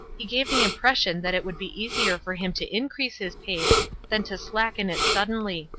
he gave the impression that it would be easier for him to increase his pace than to slacken it suddenly.